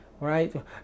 Right